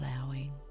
allowing